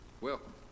welcome